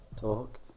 talk